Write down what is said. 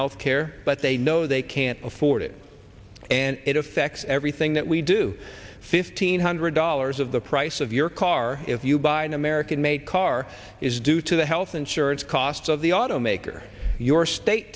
health care but they know they can't afford it and it affects everything that we do fifteen hundred dollars of the price of your car if you buy an american made car is due to the health insurance costs of the automaker your state